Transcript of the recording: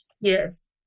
Yes